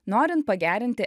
norint pagerinti